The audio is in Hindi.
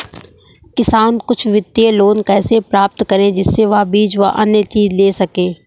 किसान कुछ वित्तीय लोन कैसे प्राप्त करें जिससे वह बीज व अन्य चीज ले सके?